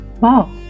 Wow